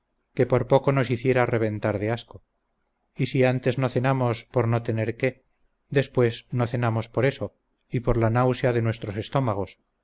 que por poco nos hiciera reventar de asco y si antes no cenamos por no tener qué después no cenamos por eso y por la náusea de nuestros estómagos